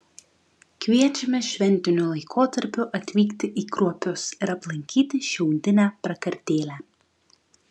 kviečiame šventiniu laikotarpiu atvykti į kruopius ir aplankyti šiaudinę prakartėlę